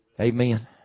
Amen